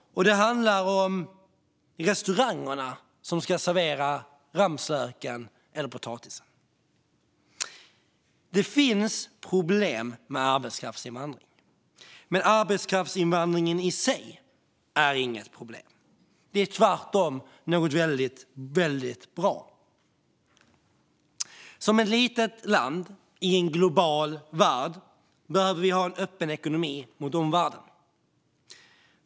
Det handlar om restaurangerna som ska servera ramslöken eller potatisen. Det finns problem med arbetskraftsinvandring, men arbetskraftsinvandringen i sig är inget problem. Den är tvärtom något väldigt, väldigt bra. Som ett litet land i en global värld behöver vi ha en öppen ekonomi mot omvärlden.